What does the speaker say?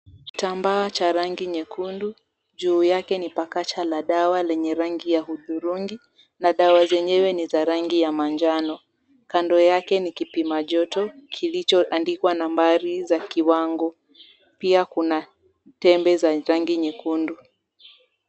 Kitambaa cha rangi nyekundu, juu yake ni pakacha la dawa lenye rangi ya hudhurungi na dawa zenyewe ni za rangi ya manjano. Kando yake ni kipima joto kilichoandikwa nambari za kiwango. Pia kuna tembe za rangi nyekundu.